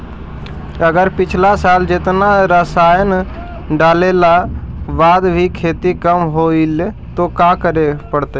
अगर पिछला साल जेतना रासायन डालेला बाद भी खेती कम होलइ तो का करे पड़तई?